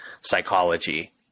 psychology